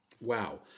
Wow